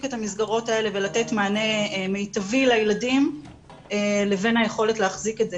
את המסגרות האלה ולתת מענה מיטבי לילדים לבין היכולת להחזיק את זה,